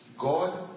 God